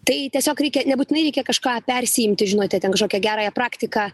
tai tiesiog reikia nebūtinai reikia kažką persiimti žinote ten kažkokią gerąją praktiką